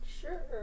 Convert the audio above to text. Sure